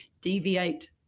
deviate